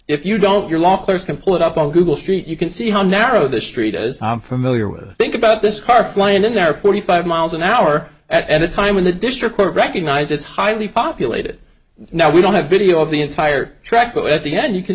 if you don't your lockers can pull it up on google street you can see how narrow the street as i'm familiar with think about this car flying in there forty five miles an hour at a time when the district recognize it's highly populated now we don't have video of the entire track at the end you can